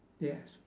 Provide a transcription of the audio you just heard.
yes